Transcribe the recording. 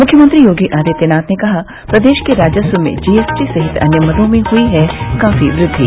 मुख्यमंत्री योगी आदित्यनाथ ने कहा प्रदेश के राजस्व में जीएसटी सहित अन्य मदों में हुई है काफी वृद्धि